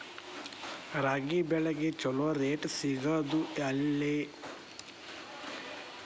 ರಾಗಿ ಬೆಳೆಗೆ ಛಲೋ ರೇಟ್ ಸಿಗುದ ಎಲ್ಲಿ?